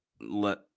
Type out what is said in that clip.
let